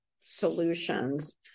solutions